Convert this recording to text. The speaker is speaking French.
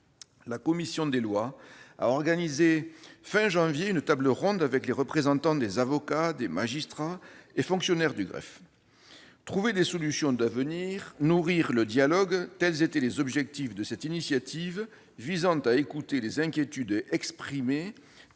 la commission des lois a organisé à la fin du mois de janvier une table ronde avec les représentants des avocats, des magistrats et des fonctionnaires de greffe. Trouver des solutions d'avenir, nourrir le dialogue, tels étaient les objectifs de cette initiative visant à écouter les inquiétudes exprimées